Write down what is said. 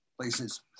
places